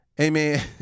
Amen